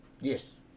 Yes